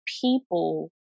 people